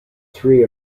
three